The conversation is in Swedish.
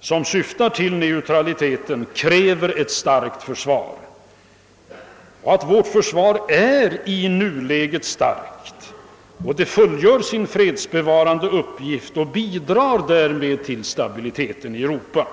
som syftar till neutralitet, kräver ett starkt försvar, att vårt försvar i nuläget är starkt och att det fullgör sin fredsbevarande uppgift och därmed bidrar till stabiliteten i Europa.